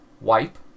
wipe